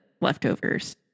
leftovers